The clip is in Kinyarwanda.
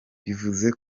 bivuze